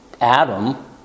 Adam